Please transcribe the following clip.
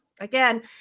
again